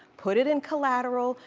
put it in collateral.